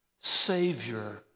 Savior